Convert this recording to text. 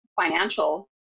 financial